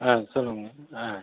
ஆ சொல்லுங்கள் ஆ